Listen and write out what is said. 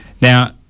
now